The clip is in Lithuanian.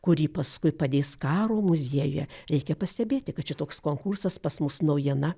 kurį paskui padės karo muziejuje reikia pastebėti kad čia toks konkursas pas mus naujiena